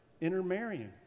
intermarrying